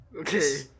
Okay